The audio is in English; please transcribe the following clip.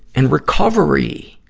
and recovery.